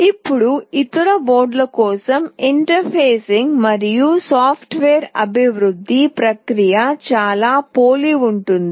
ఇప్పుడు ఇతర బోర్డుల కోసం ఇంటర్ఫేసింగ్ మరియు సాఫ్ట్వేర్ అభివృద్ధి ప్రక్రియ చాలా పోలి ఉంటుంది